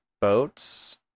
boats